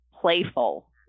playful